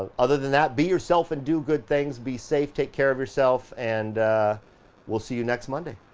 other than that, be yourself and do good things. be safe, take care of yourself, and we'll see you next monday.